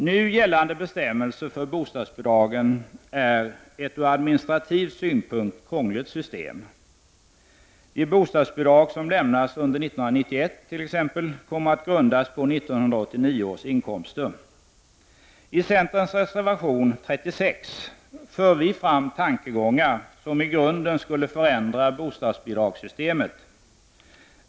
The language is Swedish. Nu gällande bestämmelser för bostadsbidragen är ett ur administrativ synpunkt krångligt system. De bostadsbidrag som lämnas under 1991 kommer att grundas på 1989 års inkomster. I centerns reservation 36 för vi fram tankegångar, som i grunden skulle förändra bostadsbidragssystemet.